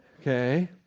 okay